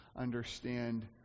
understand